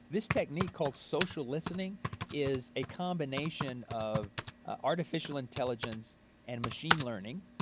this technique called social listening is a combination of artificial intelligence and machine learning,